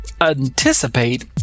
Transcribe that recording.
anticipate